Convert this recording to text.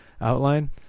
outline